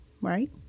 right